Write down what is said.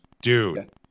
Dude